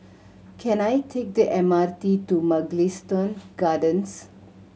can I take the M R T to Mugliston Gardens